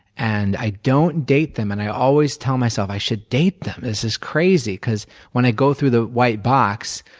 and i don't date them. and i always tell myself, i should date them, this is crazy, because when i go through the white box,